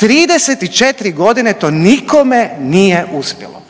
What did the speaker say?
34.g. to nikome nije uspjelo.